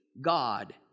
God